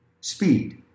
speed